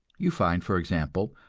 you find, for example,